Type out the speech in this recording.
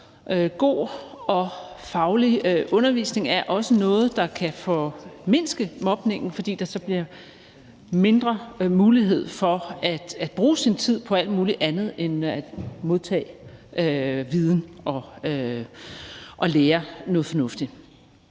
God og faglig undervisning er også noget, der kan formindske mobningen, fordi der så bliver mindre mulighed for at bruge sin tid på alt muligt andet end at modtage viden og lære noget fornuftigt.